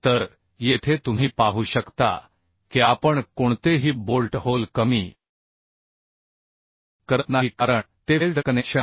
तर येथे तुम्ही पाहू शकता की आपण कोणतेही बोल्ट होल कमी करत नाही कारण ते वेल्ड कनेक्शन आहे